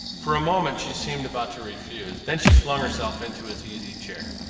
for a moment she seemed about to refuse. then she flung herself into his easy-chair,